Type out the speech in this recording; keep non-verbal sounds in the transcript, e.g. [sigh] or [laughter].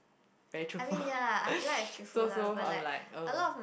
very truthful [laughs] so so I'm like !ugh!